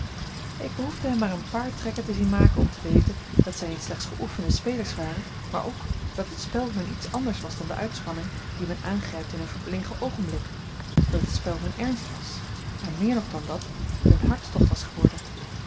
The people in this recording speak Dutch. ik behoefde hen maar een paar trekken te zien maken om te weten dat zij niet slechts geoefende spelers waren maar ook dat het spel hun iets anders was dan de uitspanning die men aangrijpt in een verlegen oogenblik dat het spel hun ernst was ja meer nog dan dat hun hartstocht was geworden